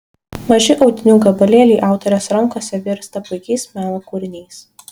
maži audinių gabalėliai autorės rankose virsta puikiais meno kūriniais